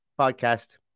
podcast